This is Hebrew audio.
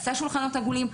עשה שולחנות עגולים.